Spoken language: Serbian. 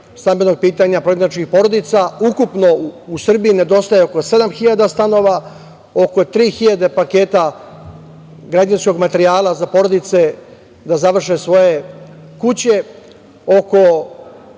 stambenog pitanja prognaničkih porodica. Ukupno u Srbiji nedostaje oko 7.000 stanova, oko 3.000 paketa građevinskog materijala za porodice da završe svoje kuće, oko